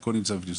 חלקו נמצא בפנים?